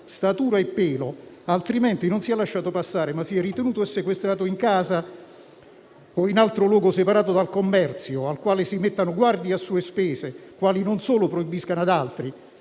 statura e pelo; altrimenti, non sia lasciato passare, ma sia ritenuto e sequestrato in casa o in altro luogo separato dal commercio, al quale si mettano guardie a sue spese, le quali non solo proibiscano ad altri,